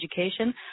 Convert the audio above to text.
education